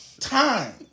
time